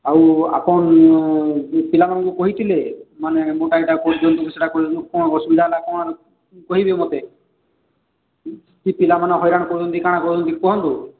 ଆଉ ଆପଣ ପିଲାମାନଙ୍କୁ କହିଥିଲେ ମାନେ ମୋଟା ଏଇଟା କରଦିଅନ୍ତୁ ସେଇଟା କରନ୍ତୁ କ'ଣ ଅସୁବିଧା ହେଲା କ'ଣ କହିବେ ମୋତେ କି ପିଲାମାନେ ହଇରାଣ କରୁଛନ୍ତି କାଣା କରୁଛନ୍ତି କୁହନ୍ତୁ